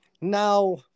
Now